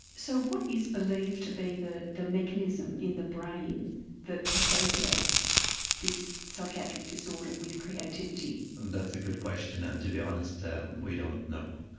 so what is believed to be the the mechanism in the brain that associates this psychiatric disorder with creativity? and that's a good question, and to be honest we don't know.